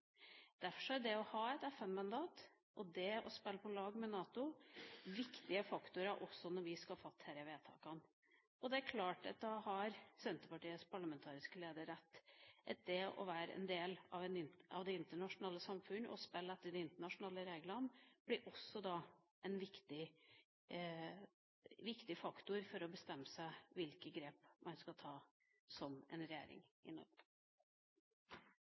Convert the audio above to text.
Derfor er det å ha et FN-mandat og det å spille på lag med NATO viktige faktorer også når vi skal fatte disse vedtakene. Det er klart at da har Senterpartiets parlamentariske leder rett – at det å være en del av det internasjonale samfunnet og spille etter de internasjonale reglene blir også en viktig faktor for å bestemme seg for hvilke grep man skal ta som en regjering i Norge.